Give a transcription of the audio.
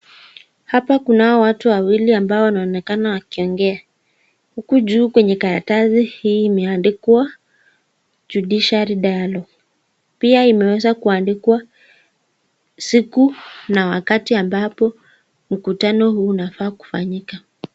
Hapa kunao watu wawili ambao wanaonekana wakiongea. Huku juu kwenye karatasi hii imeandikwa judiciary dialogue , pia imeweza kuandikwa siku na wakati ambapo mkutano huu unafaa kufanyika.